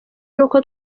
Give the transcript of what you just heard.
nuko